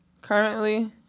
Currently